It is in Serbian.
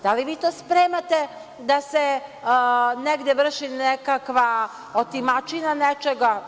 Da li vi to spremate da se negde vrši nekakva otimačina nečega?